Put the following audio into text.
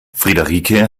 friederike